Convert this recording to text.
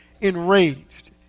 enraged